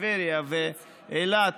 טבריה ואילת,